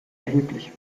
erheblich